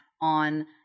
on